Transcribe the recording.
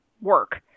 work